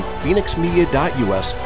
phoenixmedia.us